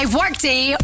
workday